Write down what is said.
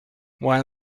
while